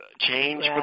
change